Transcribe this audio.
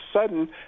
sudden